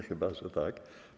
Chyba że tak.